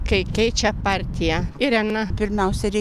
kai keičia partiją irena